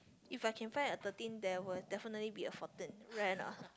if I can find a thirteen there will definitely be a fourteen correct or not